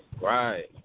Right